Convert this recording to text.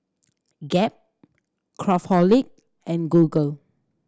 Gap Craftholic and Google